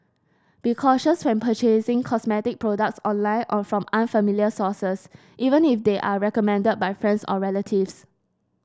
be cautious when purchasing cosmetic products online or from unfamiliar sources even if they are recommended by friends or relatives